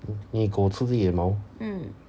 你狗吃自己的毛